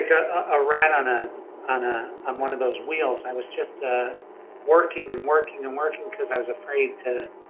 ah a rat on ah on ah one of those wheels. i was just ah working and working and working because i was afraid to